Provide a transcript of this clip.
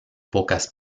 pocas